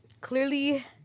clearly